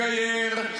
זכר צדיק לברכה -- תסיתו,